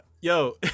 yo